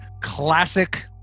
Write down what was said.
classic